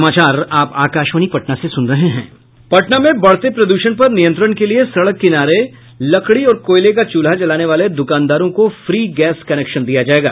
पटना में बढ़ते प्रद्षण पर नियंत्रण के लिए सड़क किनारे लकड़ी और कोयले का चूल्हा जलाने वाले द्रकानदारों को फ्री गैस कनेक्शन दिया जायेगा